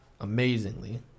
amazingly